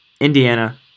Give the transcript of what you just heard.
Indiana